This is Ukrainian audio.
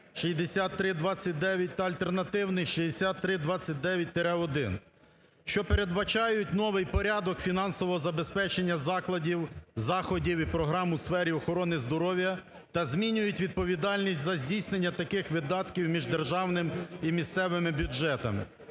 6329, та альтернативний 6329-1, що передбачають новий порядок фінансового забезпечення закладів, заходів і програм у сфері охорони здоров'я та змінюють відповідальність за здійснення таких видатків між Державним і місцевими бюджетами.